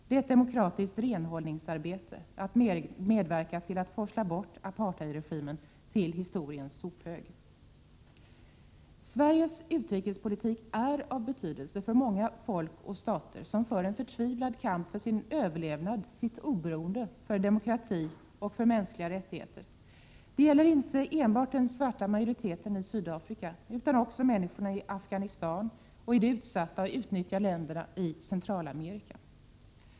Det är ett demokratiskt renhållningsarbete att medverka till att forsla bort apartheidregimen till historiens sophög. Sveriges utrikespolitik är av betydelse för många folk och stater, som för en förtvivlad kamp för sin överlevnad, sitt oberoende, för demokrati och mänskliga rättigheter. Det gäller inte bara den svarta majoriteten i Sydafrika utan också människorna i Afghanistan och i de utsatta och utnyttjade länderna i Centralamerika.